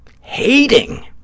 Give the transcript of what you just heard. Hating